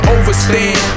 overstand